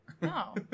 No